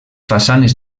façanes